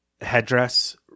headdress